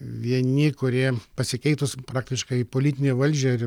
vieni kurie pasikeitus praktiškai politinę valdžią ir